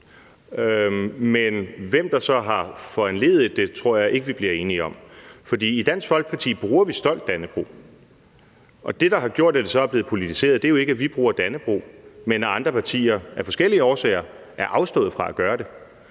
Men hvem der så har foranlediget det, tror jeg ikke vi bliver enige om. For i Dansk Folkeparti bruger vi stolt dannebrog. Det, der har gjort, at det så er blevet politiseret, er jo ikke, at vi bruger dannebrog, men at andre partier af forskellige årsager er afstået fra at gøre det.